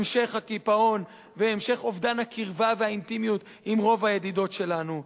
המשך הקיפאון והמשך אובדן הקרבה והאינטימיות עם רוב הידידות שלנו.